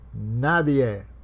nadie